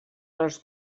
les